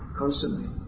constantly